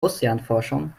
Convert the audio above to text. ozeanforschung